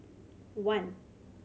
one